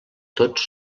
tots